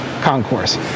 concourse